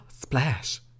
splash